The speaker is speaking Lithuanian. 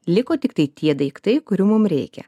liko tiktai tie daiktai kurių mum reikia